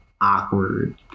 awkward